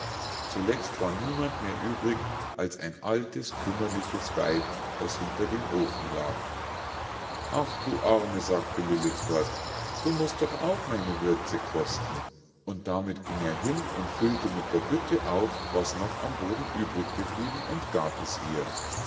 zuletzt war niemand mehr übrig als ein altes kümmerliches weib das hinter dem ofen lag ach du arme sagte lillekort du musst doch auch meine würze kosten und damit ging er hin und füllte mit der bütte auf was noch am boden übrig geblieben und gab es ihr